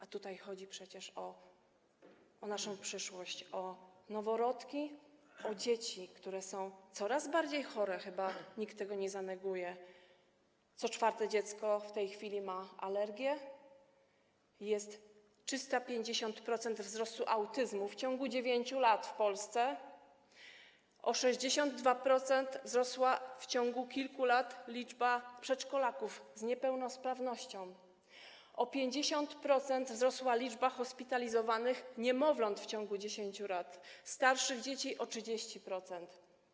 A tutaj chodzi przecież o naszą przyszłość, o noworodki, o dzieci, które są coraz bardziej chore, chyba nikt tego nie zaneguje, bo co czwarte dziecko w tej chwili ma alergię i jest wzrost liczby przypadków autyzmu o 350% w ciągu 9 lat w Polsce, o 62% wzrosła w ciągu kilku lat liczba przedszkolaków z niepełnosprawnością, o 50% wzrosła liczba hospitalizowanych niemowląt w ciągu 10 lat, starszych dzieci o 30%.